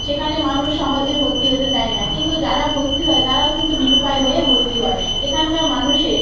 সেখানে মানুষ সহজে ভত্তি হতে চায় না কিন্তু যারা ভর্তি হয় তারাও কিন্তু নিরুপায় হয়ে ভর্তি হয় এখানকার মানুষের